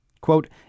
Quote